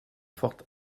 forte